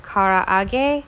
Karaage